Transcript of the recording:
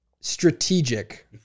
strategic